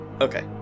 Okay